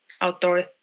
outdoor